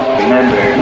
remember